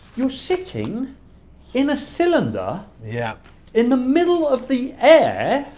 you're sitting in a cylinder yeah in the middle of the air,